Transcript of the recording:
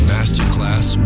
Masterclass